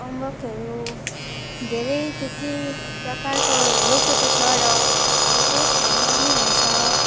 अम्बकहरू धेरै के के प्रकारका रोपेको छ र अब त्यही खानलाई नि हुन्छ